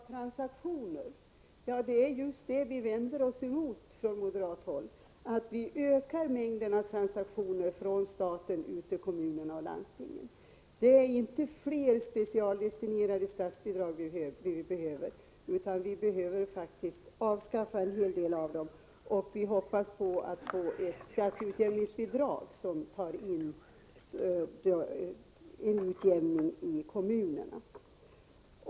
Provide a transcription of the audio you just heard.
Herr talman! Kjell Mattsson talade om en mängd transaktioner. Det vi från moderat håll vänder oss emot är just att man ökar mängden transfereringar från staten till kommunerna och landstingen. Det är inte fler specialdestinerade statsbidrag som behövs, utan vi behöver avskaffa en hel del av dem. Vi hoppas få till stånd ett skatteutjämningsbidrag som åstadkommer en utjämning mellan kommunerna.